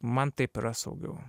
man taip yra saugiau